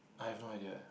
I have no idea eh